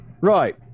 right